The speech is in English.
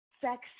sex